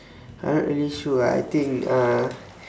I not really sure ah I think uh